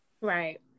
right